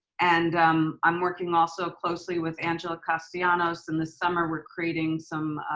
and i'm working also closely with angela castellanos. in the summer we're creating some